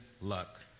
luck